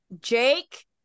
Jake